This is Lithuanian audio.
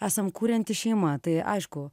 esam kurianti šeima tai aišku